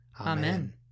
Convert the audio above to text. Amen